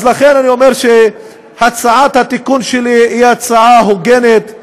לכן אני אומר שהצעת התיקון שלי היא הצעה הוגנת,